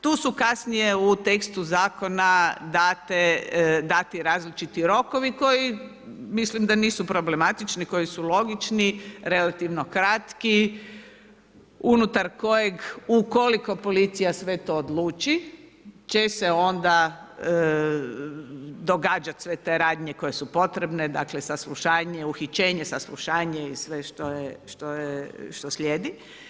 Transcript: Tu su kasnije u tekstu zakona dati različiti rokovi koji mislim da nisu problematični, koji su logični, relativno kratki, unutar kojeg ukoliko policija sve to odluči će se onda događat sve te radnje koje su potrebne, dakle uhićenje, saslušanje i sve što slijedi.